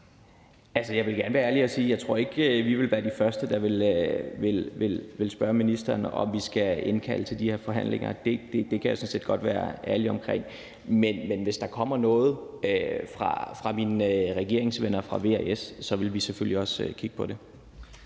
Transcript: jeg vil gerne være ærlig og sige, at jeg ikke tror, at vi vil være de første, der vil spørge ministeren, om vi skal indkalde til de her forhandlinger. Det kan jeg sådan set godt være ærlig omkring. Men hvis der kommer noget fra mine regeringsvenner i V og S, vil vi selvfølgelig også kigge på det.